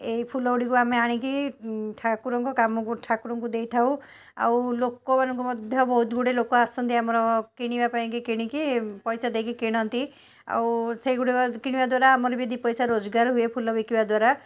ଏଇ ଫୁଲ ଗୁଡ଼ିକ ଆମେ ଆଣିକି ଉଁ ଠାକୁରଙ୍କ କାମକୁ ଠାକୁରଙ୍କୁ ଦେଇଥାଉ ଆଉ ଲୋକମାନଙ୍କୁ ମଧ୍ୟ ବହୁତ ଗୁଡ଼ିଏ ଲୋକ ଆସନ୍ତି ଆମର କିଣିବାପାଇଁକି କିଣିକି ଉଁ ପଇସା ଦେଇକି କିଣନ୍ତି ଆଉ ସେଗୁଡ଼ିକ କିଣିବା ଦ୍ୱାରା ଆମର ଦୁଇପଇସା ରୋଜଗାର ହୁଏ ଫୁଲ ବିକିବାଦ୍ୱାରା